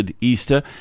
easter